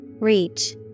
Reach